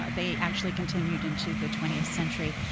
ah they actually continued into the twentieth century.